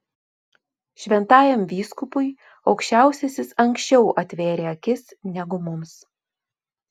šventajam vyskupui aukščiausiasis anksčiau atvėrė akis negu mums